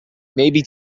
maybe